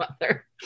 mother